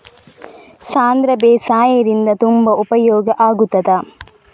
ಸಾಂಧ್ರ ಬೇಸಾಯದಿಂದ ತುಂಬಾ ಉಪಯೋಗ ಆಗುತ್ತದಾ?